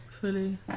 Fully